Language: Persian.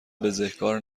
بزهکار